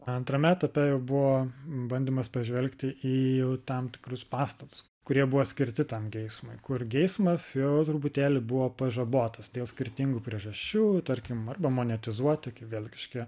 antrame etape jau buvo bandymas pažvelgti į jau tam tikrus pastatus kurie buvo skirti tam geismui kur geismas jau truputėlį buvo pažabotas dėl skirtingų priežasčių tarkim arba monetizuoti kaip vėl kažkokie